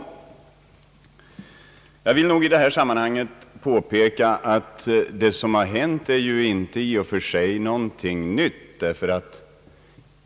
Jag vill i detta sammanhang påpeka att vad som har hänt ju i och för sig inte är någonting nytt.